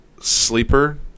Sleeper